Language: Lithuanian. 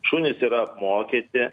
šunys yra apmokyti